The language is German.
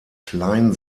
klein